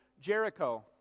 Jericho